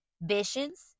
visions